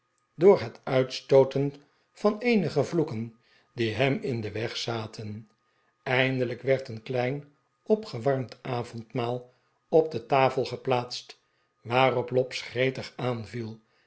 door het uitstooten van eenige vloeken die hem in den weg zaten eindelijk werd een klein opgewarmd avondmaal op de tafel geplaatst waarop lobbs gretig aanviel